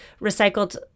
recycled